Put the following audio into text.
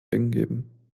eingeben